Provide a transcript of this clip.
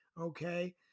okay